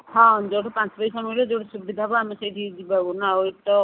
ହଁ ଯେଉଁଠୁ ପାଞ୍ଚ ପଇସା ମିଳିବ ଯେଉଁଠି ସୁବିଧା ହେବ ଆମେ ସେଇଠି ଯିବା ନା ଆଉ ଏଇଠି ତ